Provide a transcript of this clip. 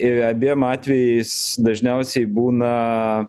ir abiem atvejais dažniausiai būna